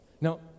Now